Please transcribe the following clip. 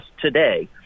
today